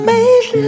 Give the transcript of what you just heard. Made